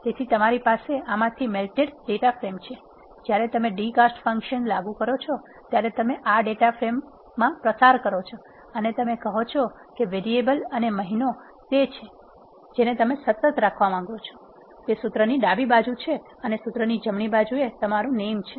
તેથી તમારી પાસે આમાંથી મેલ્ટેડ ડેટા ફ્રેમ છે જ્યારે તમે d cast ફંક્શન લાગુ કરો છો ત્યારે તમે આ ડેટા ફ્રેમમાં પસાર કરો છો અને તમે કહો છો કે વેરીએબલ અને મહિનો તે છે જેને તમે સતત રાખવા માગો છો તે સૂત્રની ડાબી બાજુ છે અને સૂત્રની જમણી બાજુએ તમારું નેમ છે